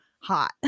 Hot